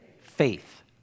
faith